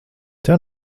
tev